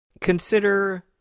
consider